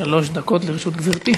שלוש דקות לרשות גברתי.